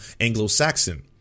Anglo-Saxon